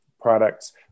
products